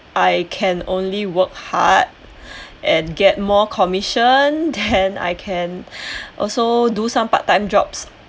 I can only work hard and get more commission then I can also do some part-time jobs